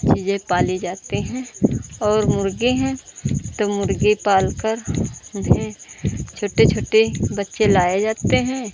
चूजे पाले जाते हैं और मुर्गी हैं तो मुर्गी पाल कर उन्हें छोटे छोटे बच्चे लाए जाते हैं